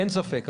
אין ספק.